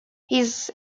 his